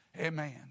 Amen